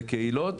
לקהילות,